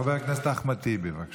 חבר הכנסת אחמד טיבי, בבקשה.